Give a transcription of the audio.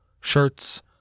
shirts